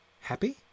happy